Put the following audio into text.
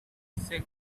six